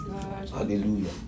hallelujah